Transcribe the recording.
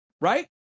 right